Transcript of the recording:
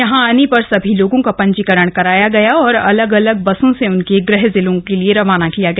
यहां आने पर सभी लोगों का पंजीकरण किया गया और अलग अलग बसों से उनके गृह जिलों के लिए रवाना किया गया